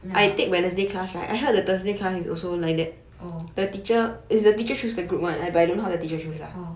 ya orh orh